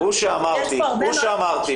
יש פה הרבה --- הוא שאמרתי.